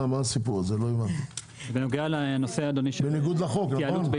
זה בניגוד לחוק.